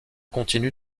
continue